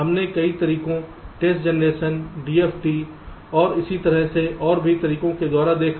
हमने कई तरीकों टेस्ट जनरेशन dft और इसी तरह और भी तरीकों के द्वारा देखा